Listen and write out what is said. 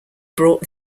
brought